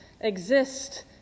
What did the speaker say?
exist